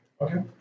Okay